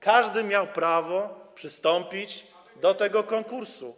Każdy miał prawo przystąpić do tego konkursu.